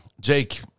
Jake